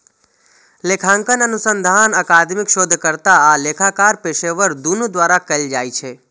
लेखांकन अनुसंधान अकादमिक शोधकर्ता आ लेखाकार पेशेवर, दुनू द्वारा कैल जाइ छै